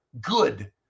good